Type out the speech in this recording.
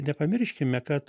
nepamirškime kad